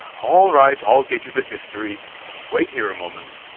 alright, i'll get you the history wait here a moment.